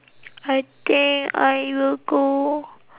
I think I will go